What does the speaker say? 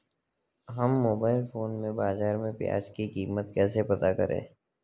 हम mobile phone पर बाज़ार में प्याज़ की कीमत कैसे पता करें?